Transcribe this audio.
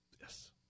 Yes